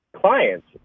clients